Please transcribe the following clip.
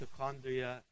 mitochondria